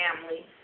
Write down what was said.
family